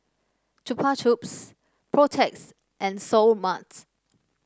Chupa Chups Protex and Seoul Marts